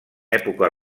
època